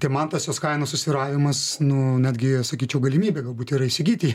tai man tas jos kainos susvyravimas nu netgi sakyčiau galimybė galbūt yra įsigyti